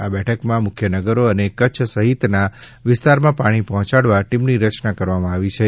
આ બેઠકમાં મુખ્ય નગરો અને કચ્છ સહિતના વિસ્તારમાં પાણી પહોંચાડવા ટીમની રચના કરવામાં આવી છે